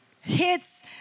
hits